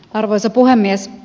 arvoisa puhemies